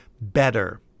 better